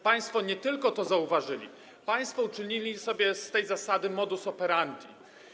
Państwo nie tylko to zauważyli, państwo uczynili sobie z tej zasady modus operandi.